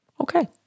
okay